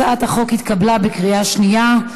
הצעת החוק התקבלה בקריאה שנייה.